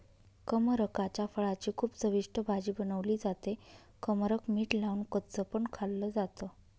कमरकाच्या फळाची खूप चविष्ट भाजी बनवली जाते, कमरक मीठ लावून कच्च पण खाल्ल जात